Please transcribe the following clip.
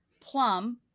plum